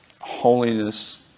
Holiness